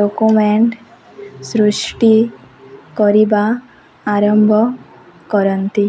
document ସୃଷ୍ଟି କରିବା ଆରମ୍ଭ କରନ୍ତି